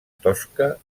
tosca